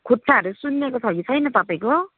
खुट्टाहरू सुन्निएको छ कि छैन तपाईँको